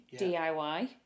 diy